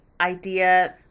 idea